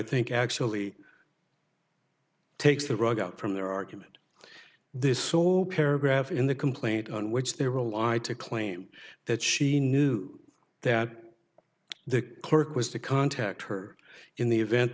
think actually takes the rug out from their argument this whole paragraph in the complaint on which they were allied to claim that she knew that the clerk was to contact her in the event